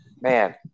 Man